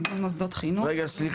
מיגון מוסדות חינוך.